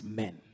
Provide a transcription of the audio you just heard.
men